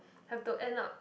have to end up